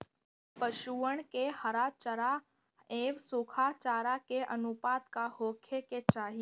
पशुअन के हरा चरा एंव सुखा चारा के अनुपात का होखे के चाही?